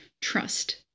Trust